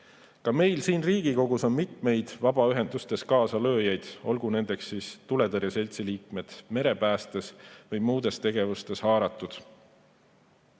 Ka meil siin Riigikogus on mitmeid vabaühendustes kaasalööjaid, olgu need tuletõrjeseltsi liikmed, merepäästes või muudes tegevustes haaratud.